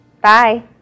bye